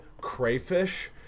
crayfish